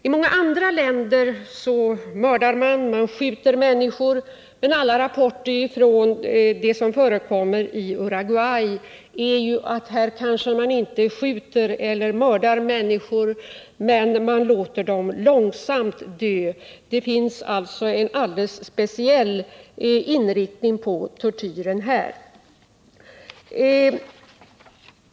I många andra länder skjuter man och mördar människor, men alla rapporter om det som förekommer i Uruguay talar om att man kanske inte skjuter eller mördar människor, men man låter dem långsamt dö. Det finns alltså en alldeles speciell inriktning på tortyren här.